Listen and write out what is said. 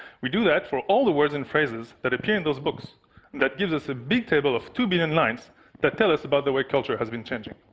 we do that for all the words and phrases that appear in those books, and that gives us a big table of two billion lines that tell us about the way culture has been changing.